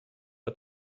att